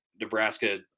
Nebraska